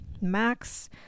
max